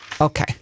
Okay